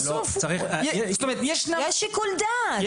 זאת אומרת, זה מעבר לשיקול דעת,